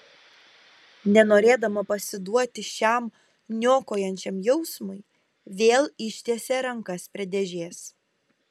nenorėdama pasiduoti šiam niokojančiam jausmui vėl ištiesė rankas prie dėžės